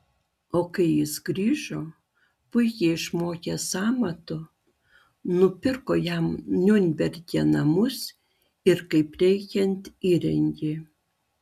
o kai jis grįžo puikiai išmokęs amato nupirko jam niurnberge namus ir kaip reikiant įrengė